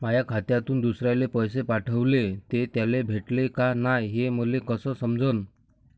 माया खात्यातून दुसऱ्याले पैसे पाठवले, ते त्याले भेटले का नाय हे मले कस समजन?